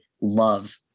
love